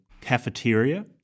cafeteria